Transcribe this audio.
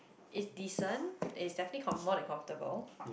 it's decent it's definitely com~ more than comfortable